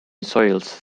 soils